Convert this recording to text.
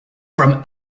from